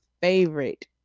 favorite